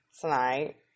tonight